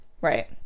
right